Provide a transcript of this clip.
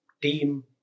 team